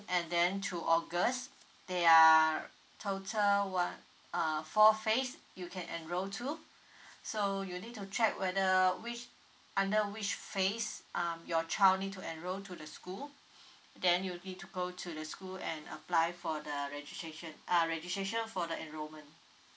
and then to august there are total one uh four phase you can enroll to you so you need to check whether which under which phase um your child need to enroll to the school then you will be to go to the school and apply for the registration uh registration for the enrollment